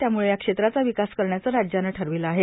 त्यामुळे या क्षेत्राचा विकास करण्याचं राज्यानं ठरविलं आहे